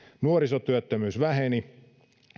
nuorisotyöttömyys väheni